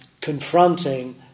confronting